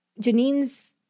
Janine's